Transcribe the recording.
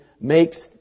makes